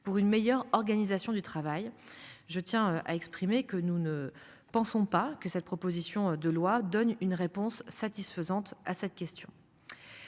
pour une meilleure organisation du travail. Je tiens à exprimer que nous ne pensons pas que cette proposition de loi donne une réponse satisfaisante à cette question.